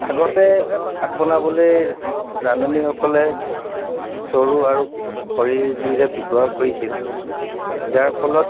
আগতে ভাত বনাবলৈ ৰান্ধনীসকলে চৰু আৰু খৰিৰ জুইৰে ব্যৱহাৰ কৰিছিল যাৰ ফলত